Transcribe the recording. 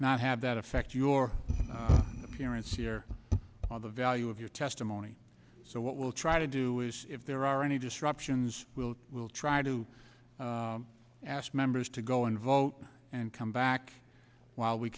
not have that affect your appearance here on the value of your testimony so what we'll try to do is if there are any disruptions we'll we'll try to ask members to go and vote and come back while we